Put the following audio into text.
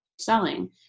selling